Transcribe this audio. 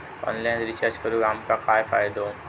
Online recharge करून आमका काय फायदो?